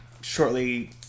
shortly